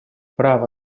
право